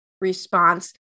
response